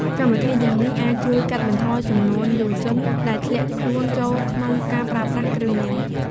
កម្មវិធីទាំងនេះអាចជួយកាត់បន្ថយចំនួនយុវជន ដែលធ្លាក់ខ្លួនចូលក្នុងការប្រើប្រាស់គ្រឿងញៀន។